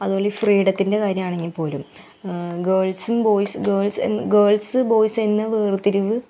അതുപോലെ ഈ ഫ്രീഡത്തിൻ്റെ കാര്യമാണെങ്കിൽ പോലും ഗേൾസും ബോയ്സ് ഗേൾസ് എന്ന് ഗേൾസ് ബോയ്സ് എന്ന വേർതിരിവ്